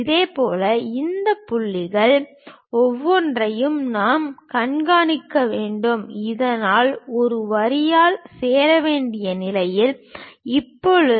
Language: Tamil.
இதேபோல் இந்த புள்ளிகள் ஒவ்வொன்றையும் நாம் கண்காணிக்க வேண்டும் இதனால் ஒரு வரியால் சேர வேண்டிய நிலையில் இருப்போம்